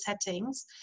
settings